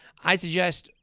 i suggest,